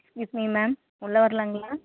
excuse me ma'am உள்ளே வரலாங்களா